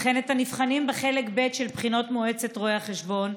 וכן את הנבחנים בחלק ב' של בחינות מועצת רואי החשבון,